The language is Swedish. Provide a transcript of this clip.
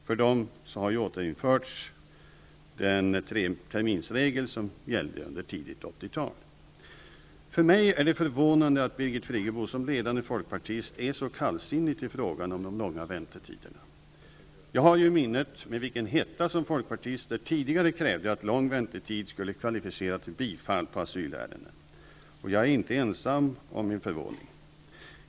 För dem har den treterminsregel som gällde under tidigt 80-tal återinförts. För mig är det förvånande att Birgit Friggebo som ledande folkpartist är så kallsinnig till frågan om de långa väntetiderna. Jag har i minnet med vilken hetta som folkpartister tidigare krävde att lång väntetid skulle kvalificera till bifall när det gällde asylärenden. Jag är inte ensam om att vara förvånad.